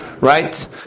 Right